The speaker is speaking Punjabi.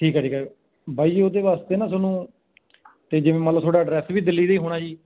ਠੀਕ ਹੈ ਠੀਕ ਹੈ ਬਾਈ ਜੀ ਉਹਦੇ ਵਾਸਤੇ ਨਾ ਤੁਹਾਨੂੰ ਅਤੇ ਜਿਵੇਂ ਮੰਨ ਲਉ ਤੁਹਾਡਾ ਐਡਰੈਸ ਵੀ ਦਿੱਲੀ ਦੀ ਹੋਣਾ ਜੀ